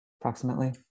approximately